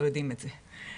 לא יודעים את זה.